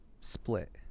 split